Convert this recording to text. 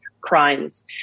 crimes